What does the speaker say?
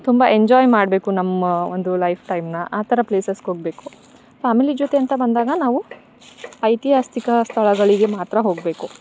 ತುಂಬ ಎಂಜಾಯ್ ಮಾಡಬೇಕು ನಮ್ಮ ಒಂದು ಲೈಫ್ ಟೈಮ್ನ ಆ ಥರ ಪ್ಲೇಸಸ್ಗೆ ಹೋಗಬೇಕು ಫ್ಯಾಮಿಲಿ ಜೊತೆ ಅಂತ ಬಂದಾಗ ನಾವು ಐತಿಹಾಸಿಕ ಸ್ಥಳಗಳಿಗೆ ಮಾತ್ರ ಹೋಗಬೇಕು